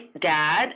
dad